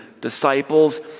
disciples